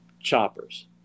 choppers